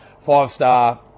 five-star